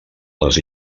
les